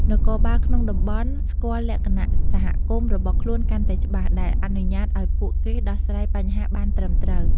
នគរបាលក្នុងតំបន់ ស្គាល់លក្ខណៈសហគមន៍របស់ខ្លួនកាន់តែច្បាស់ ដែលអនុញ្ញាតឱ្យពួកគេដោះស្រាយបញ្ហាបានត្រឹមត្រូវ។